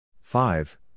five